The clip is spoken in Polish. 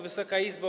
Wysoka Izbo!